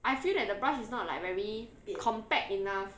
I feel that the brush is not like very compact enough